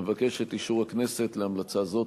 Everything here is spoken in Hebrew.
אבקש את אישור הכנסת להמלצה זו.